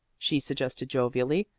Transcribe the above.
she suggested jovially.